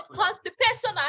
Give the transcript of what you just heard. constipation